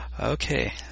Okay